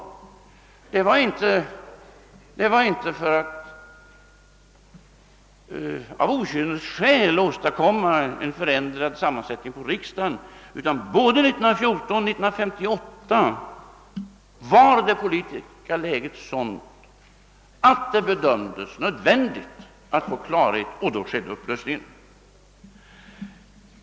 Det var inte för att av okynnesskäl åstadkomma en förändrad sammansättning av riksdagen som dessa upplösningar kom till stånd, utan både 1914 och 1958 var det politiska läget sådant att det bedömdes som nödvändigt att få klarhet.